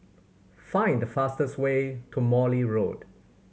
find the fastest way to Morley Road